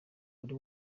buri